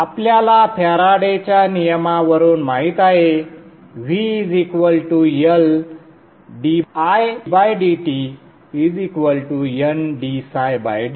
आपल्याला फॅराडेच्या नियमा वरून माहित आहे VLdidtNddt